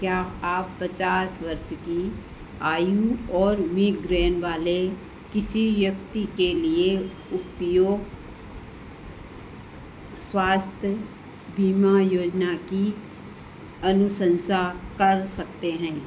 क्या आप पचास वर्ष की आयु और मीग्रेन वाले किसी व्यक्ति के लिए उपयुक्त स्वास्थ्य बीमा योजना की अनुशंसा कर सकते हैं